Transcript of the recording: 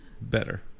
better